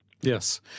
Yes